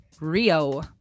Rio